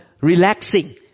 relaxing